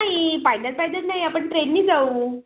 नाही पायद्यात पायद्यात नाही आपण ट्रेननी जाऊ